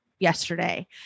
yesterday